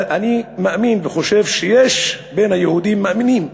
אני מאמין וחושב שיש בין היהודים מאמינים באלוהים,